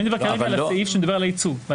אני מדבר כרגע על הסעיף שמדבר על הייצוג.